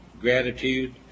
gratitude